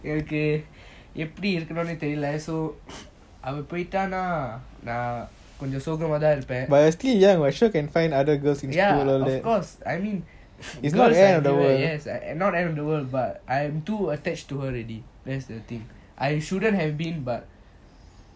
okay என்னக்கு எப்பிடி இறுக்கும்நெய் தெரில:ennaku epidi irukanumney terila so அவ போய்ட்டான் நான் கொஞ்சம் சோகமா தான் இருப்பான்:ava poitana naan konjam sogama thaan irupan yes not end of the world but I'm too attached to her already that's the thing I shouldn't have been but